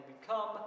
become